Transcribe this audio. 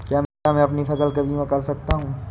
क्या मैं अपनी फसल का बीमा कर सकता हूँ?